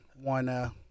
One